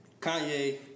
Kanye